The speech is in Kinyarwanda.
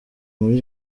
muri